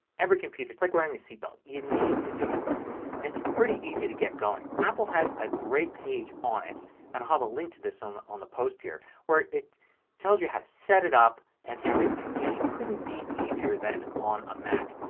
every computer. it's like wearing a seatbelt. you need to do it and it's pretty easy to get going. apple has a great page on it and i'll have a link to this on the on the post here where it it tells you how to set it up and everything. and it couldn't be easier than on a mac.